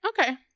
Okay